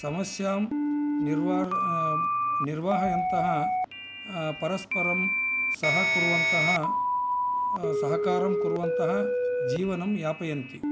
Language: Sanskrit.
समस्यां निर्वा निर्वाहयन्तः परस्परं सहकुर्वन्तः सहकारं कुर्वन्तः जीवनं यापयन्ति